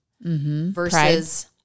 versus